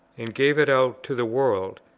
and gave it out to the world,